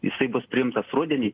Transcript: jisai bus priimtas rudenį